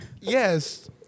Yes